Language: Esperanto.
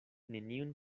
neniun